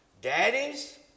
Daddies